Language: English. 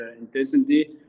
intensity